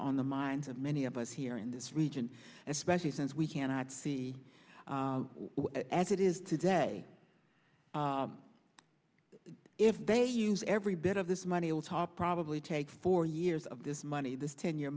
on the minds of many of us here in this region especially since we cannot see as it is today if they use every bit of this money will top probably take four years of this money this ten